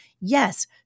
Yes